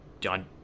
John